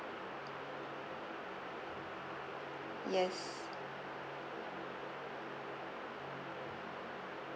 yes